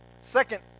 Second